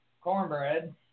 Cornbread